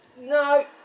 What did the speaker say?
No